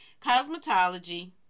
cosmetology